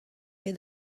ket